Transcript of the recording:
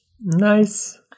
Nice